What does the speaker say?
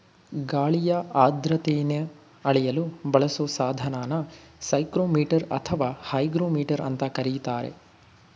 ಗಾಳಿಯ ಆರ್ದ್ರತೆನ ಅಳೆಯಲು ಬಳಸೊ ಸಾಧನನ ಸೈಕ್ರೋಮೀಟರ್ ಅಥವಾ ಹೈಗ್ರೋಮೀಟರ್ ಅಂತ ಕರೀತಾರೆ